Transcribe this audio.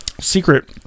secret